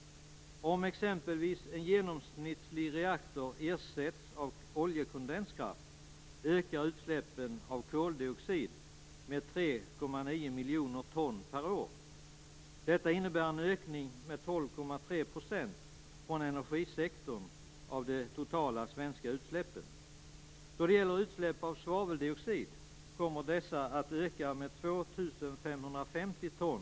Om exempelvis en genomsnittlig reaktor ersätts av oljekondenskraft ökar utsläppen av koldioxid med 3,9 miljoner ton per år. Detta innebär en ökning med Utsläppen av svaveldioxid kommer att öka med 2 550 ton.